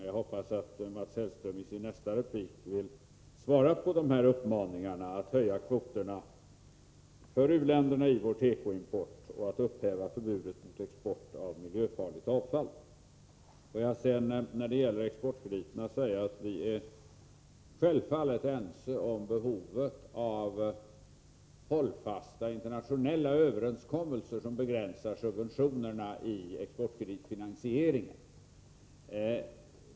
Jag hoppas att Mats Hellström i sin nästa replik vill svara på uppmaningarna att höja kvoterna för u-länderna i vår tekoimport och upphäva förbudet mot export av miljöfarligt avfall. När det gäller exportkrediterna är vi självfallet ense om behovet av hållfasta internationella överenskommelser som begränsar subventionerna i exportkreditfinansieringen.